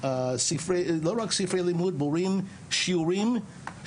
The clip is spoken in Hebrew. לגבי לא רק ספרי לימוד, מורים, שיעורים.